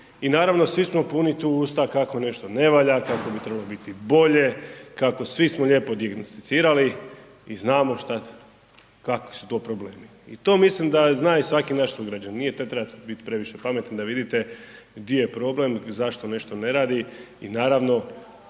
I naravno svi smo puni tu usta kako nešto ne valja, kako bi trebalo biti bilje, kako smo svi lijepo dijagnosticirali i znamo kakvi su to problemi i to mislim da zna i svaki naš sugrađanin. Ne treba biti previše pametan da vidite di je problem, zašto nešto ne radi i naravno